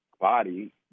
body